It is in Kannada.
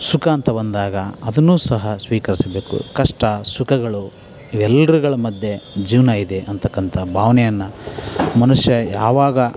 ಸುಖ ಅಂತ ಬಂದಾಗ ಅದನ್ನು ಸಹ ಸ್ವೀಕರಿಸಬೇಕು ಕಷ್ಟ ಸುಖಗಳು ಇವೆಲ್ಲರ್ಗಳ ಮಧ್ಯೆ ಜೀವನ ಇದೆ ಅಂತಕ್ಕಂತ ಭಾವನೆಯನ್ನ ಮನುಷ್ಯ ಯಾವಾಗ